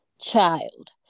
child